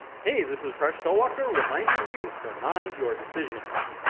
hey, this is presh talwalkar reminding you to mind your decisions.